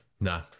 No